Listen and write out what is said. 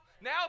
Now